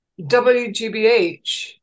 WGBH